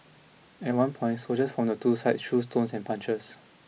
at one point soldiers from the two sides threw stones and punches